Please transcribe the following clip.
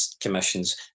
commissions